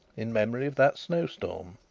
in memory of that snowstorm.